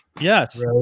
Yes